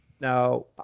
now